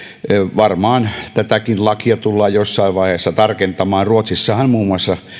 varmaan tätäkin lakia tullaan jossain vaiheessa tarkentamaan ruotsissahan muun muassa